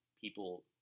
people